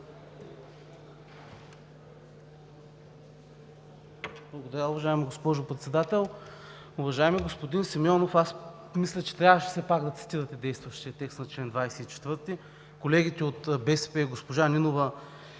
Благодаря, уважаема госпожо Председател. Уважаеми господин Симеонов, аз мисля, че трябваше все пак да цитирате действащия текст на чл. 24. Колегите от БСП и госпожа Нинова